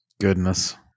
goodness